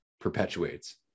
perpetuates